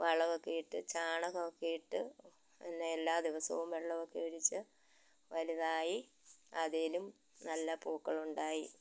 വളമൊക്കെ ഇട്ട് ചാണകമൊക്കെ ഇട്ട് പിന്നെ എല്ലാ ദിവസവും വെള്ളമൊക്കെ ഒഴിച്ച് വലുതായി അതിനും നല്ല പൂക്കളുണ്ടായി